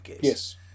Yes